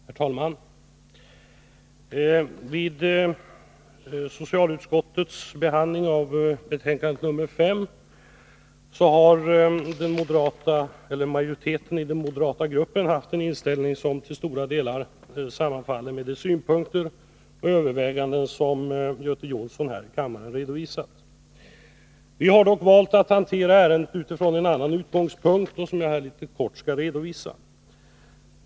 Herr talman! Vid socialutskottets behandling av de motioner som tas upp i betänkandet nr 5 har majoriteten i den moderata gruppen haft en inställning som till stora delar sammanfaller med de synpunkter och överväganden som Göte Jonsson redovisat här i kammaren. Vi har dock valt att hantera ärendet utifrån en annan utgångspunkt, som jag här kortfattat skall redovisa.